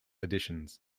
editions